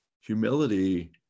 Humility